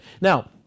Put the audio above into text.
Now